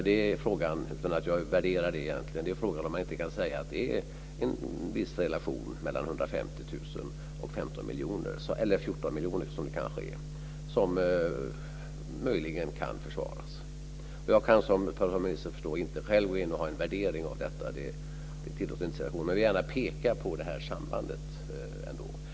Det är frågan, utan att egentligen värdera det, om man inte kan säga att det är en viss relation mellan 150 000 kr och 14 miljoner, som möjligen kan försvaras. Jag kan, som Per Samuel Nisser förstår, inte själv ha en värdering av detta. Det tillåtes inte, men jag vill gärna peka på det här förhållandet.